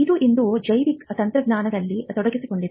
ಇದು ಇಂದು ಜೈವಿಕ ತಂತ್ರಜ್ಞಾನದಲ್ಲಿ ತೊಡಗಿಸಿಕೊಂಡಿದೆ